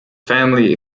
family